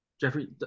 Jeffrey